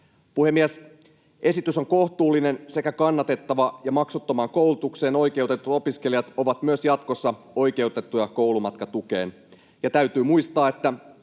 Puhemies! Esitys on kohtuullinen sekä kannatettava, ja maksuttomaan koulutukseen oikeutetut opiskelijat ovat myös jatkossa oikeutettuja koulumatkatukeen. Ja täytyy muistaa, että